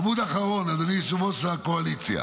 עמוד אחרון, אדוני יושב-ראש הקואליציה.